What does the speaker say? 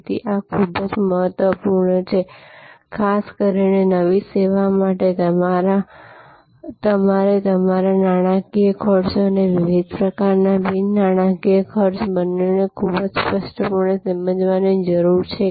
તેથી આ ખૂબ જ મહત્વપૂર્ણ છે ખાસ કરીને નવી સેવા માટે તમારે તમારા નાણાકીય ખર્ચ અને વિવિધ પ્રકારના બિન નાણાકીય ખર્ચ બંનેને ખૂબ જ સ્પષ્ટપણે સમજવાની જરૂર છે